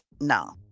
No